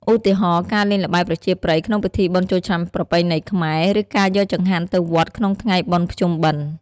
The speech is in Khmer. ឧទាហរណ៍ ការលេងល្បែងប្រជាប្រិយក្នុងពិធីបុណ្យចូលឆ្នាំប្រពៃណីខ្មែរ ឬការយកចង្ហាន់ទៅវត្តក្នុងថ្ងៃបុណ្យភ្ជុំបិណ្ឌ ។